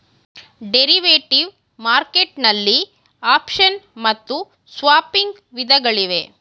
derivative market ನಲ್ಲಿ option ಮತ್ತು swapping ವಿಧಗಳಿವೆ